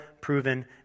proven